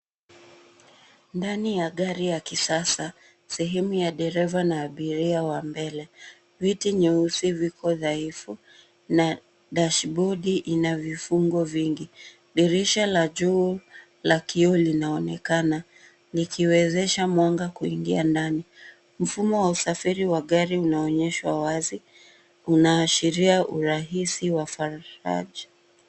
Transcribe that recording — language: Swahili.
Ndani ya gari ya kisasa, sehemu ya dereva na abiria wa mbele viti nyeusi viko dhaifu na dashibodi ina vifungo vingi. Dirisha la juu la kioo linaonekana likiwezesha mwanga kuingia ndani. Mfumo wa usafiri wa gari unaonyeshwa wazi. Unaashiria urahisi wa faraja.